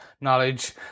knowledge